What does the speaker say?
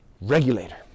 regulator